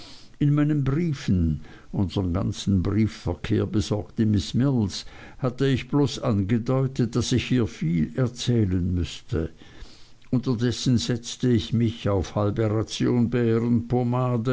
in meinen briefen unsern ganzen briefverkehr besorgte miß mills hatte ich bloß angedeutet daß ich ihr viel erzählen müßte unterdessen setzte ich mich auf halbe ration